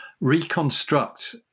reconstruct